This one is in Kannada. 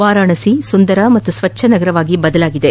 ವಾರಣಾಸಿ ಸುಂದರ ಹಾಗೂ ಸ್ವಚ್ಛ ನಗರವಾಗಿ ಬದಲಾಗಿದೆ